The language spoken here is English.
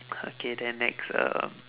okay then next um